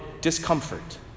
discomfort